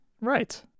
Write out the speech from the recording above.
Right